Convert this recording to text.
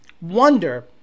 wonder